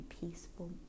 peaceful